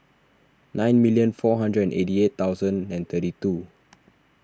nine million four hundred eighty eight thousand and thirty two